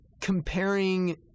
comparing